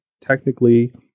technically